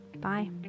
bye